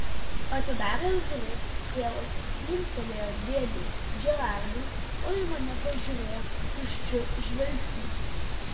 atidaręs duris tėvas linktelėjo dėdei džerardui o į mane pažiūrėjo tuščiu žvilgsniu